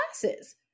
classes